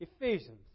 Ephesians